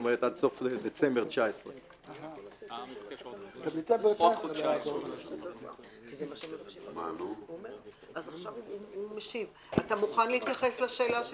כלומר עד סוף דצמבר 2019. תוכל להתייחס לשאלה של